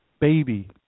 baby